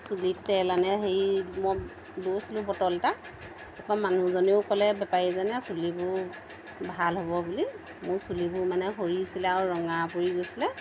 চুলিত তেল আনে সেই মই লৈছিলোঁ বটল এটা তাৰপৰা মানুহজনেও ক'লে বেপাৰীজনে চুলিবোৰ ভাল হ'ব বুলি মোৰ চুলিবোৰ মানে সৰিছে আৰু ৰঙা পৰি গৈছিলে